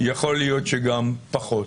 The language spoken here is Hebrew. יכול להיות שגם פחות.